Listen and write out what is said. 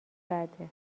بعده